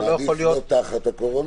לא יכול להיות --- לא תחת הקורונה,